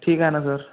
ठीके आहे ना सर